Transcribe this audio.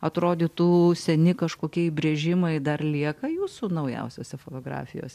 atrodytų seni kažkokie įbrėžimai dar lieka jūsų naujausiose fotografijos